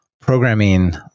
programming